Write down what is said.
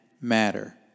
matter